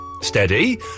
Steady